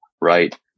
right